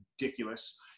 ridiculous